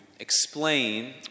explain